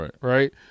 Right